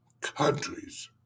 countries